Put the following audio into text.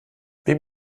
wem